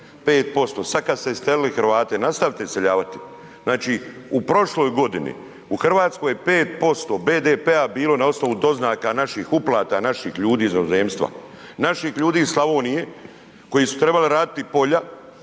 5%, sad kad ste iselili Hrvate, nastavite iseljavati. Znači u prošloj godini u Hrvatskoj je 5% BDP-a bilo na osnovu doznaka naših uplata naših ljudi iz inozemstva. Naših ljudi iz Slavonije, koji su trebali raditi polja,